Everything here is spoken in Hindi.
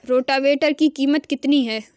रोटावेटर की कीमत कितनी है?